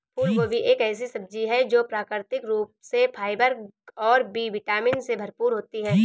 फूलगोभी एक ऐसी सब्जी है जो प्राकृतिक रूप से फाइबर और बी विटामिन से भरपूर होती है